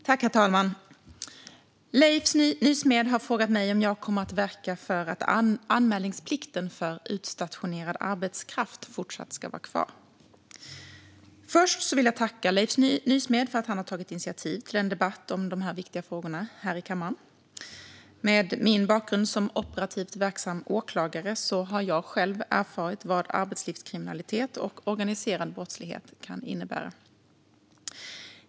Herr talman! Leif Nysmed har frågat mig om jag kommer att verka för att anmälningsplikten för utstationerad arbetskraft fortsatt ska vara kvar. Först vill jag tacka Leif Nysmed för att han har tagit initiativ till en debatt om dessa viktiga frågor här i kammaren. Med min bakgrund som operativt verksam åklagare har jag själv erfarit vad arbetslivskriminalitet och organiserad brottslighet kan innebära.